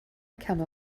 camel